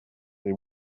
they